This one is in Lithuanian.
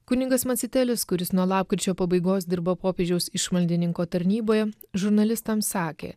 kunigas macitelis kuris nuo lapkričio pabaigos dirbo popiežiaus išmaldininko tarnyboje žurnalistams sakė